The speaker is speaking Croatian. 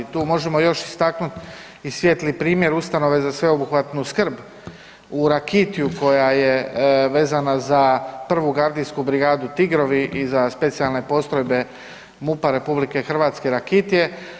Tu možemo još istaknuti i svijetli primjer ustanove za sveobuhvatnu skrb u Rakitju koja je vezana za Prvu gardijsku brigadu Tigrovi i za specijalne postrojbe MUP-a RH Rakitje.